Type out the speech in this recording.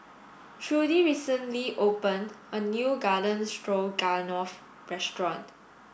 Trudy recently opened a new Garden Stroganoff restaurant